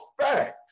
fact